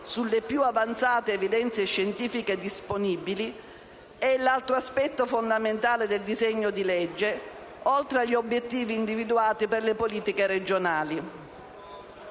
sulle più avanzate evidenze scientifiche disponibili, è l'altro aspetto fondamentale del disegno di legge, oltre agli obiettivi individuati per le politiche regionali.